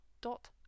dot